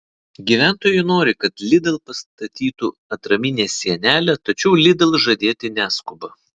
gyventojai nori kad lidl pastatytų atraminę sienelę tačiau lidl žadėti neskuba